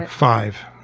five.